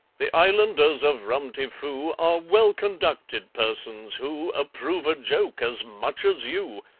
the islanders of rum-ti-foo are well-conducted persons, who approve a joke as much as you,